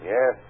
Yes